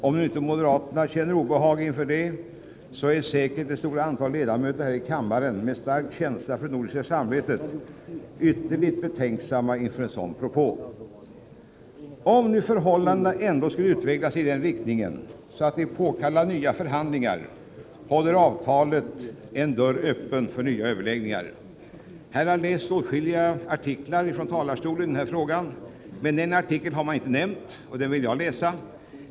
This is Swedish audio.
Om nu inte moderaterna känner obehag inför detta, så är säkert det stora antalet ledamöter här i kammaren med stark känsla för det nordiska samarbetet ytterligt betänksamma inför denna propå. Om förhållandena ändå skulle utvecklas i en riktning som gör att de påkallar nya förhandlingar, håller avtalet en dörr öppen för sådana. Åtskilliga artiklar i avtalet har lästs upp av de tidigare talarna, men en artikel har man inte nämnt, och jag vill därför läsa upp den.